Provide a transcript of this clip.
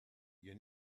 you